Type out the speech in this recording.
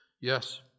Yes